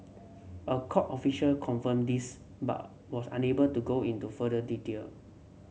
a court official confirmed this but was unable to go into further detail